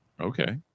Okay